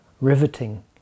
riveting